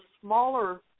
smaller